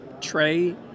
Trey